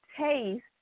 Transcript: taste